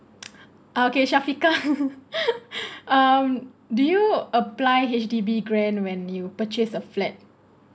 uh okay Shafikah um do you apply H_D_B grant when you purchase a flat